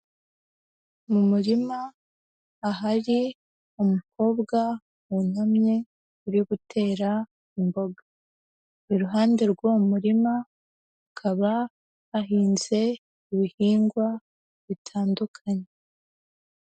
Mu murima ahari umukobwa wunamye uri gutera imboga. Iruhande rw'uwo murima hakaba hahinze ibihingwa bitandukanye.